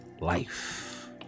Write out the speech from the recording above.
Life